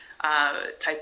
Type